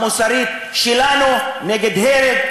המוסרית שלנו: נגד הרג,